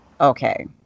Okay